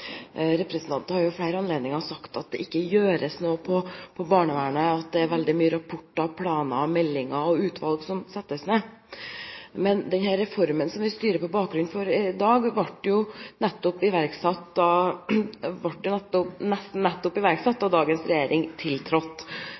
representanten fra Høyre for barnevernet. Representanten har jo ved flere anledninger sagt at det ikke gjøres noe på barnevernet, og at det er veldig mye rapporter, planer og meldinger og utvalg som settes ned. Men den reformen vi styrer på grunnlag av i dag, var nesten nettopp iverksatt da dagens regjering